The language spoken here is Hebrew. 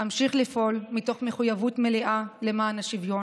אמשיך לפעול מתוך מחויבות מלאה למען השוויון,